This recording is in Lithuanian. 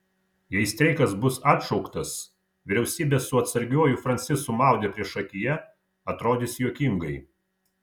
jei streikas bus atšauktas vyriausybė su atsargiuoju francisu maude priešakyje atrodys juokingai